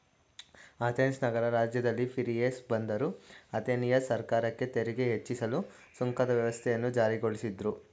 Athens ನಗರ ರಾಜ್ಯದಲ್ಲಿ Piraeus ಬಂದರು ಅಥೆನಿಯನ್ ಸರ್ಕಾರಕ್ಕೆ ತೆರಿಗೆ ಹೆಚ್ಚಿಸಲು ಸುಂಕದ ವ್ಯವಸ್ಥೆಯನ್ನು ಜಾರಿಗೊಳಿಸಿದ್ರು